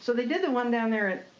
so they did the one down there at,